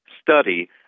study